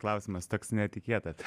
klausimas toks netikėtas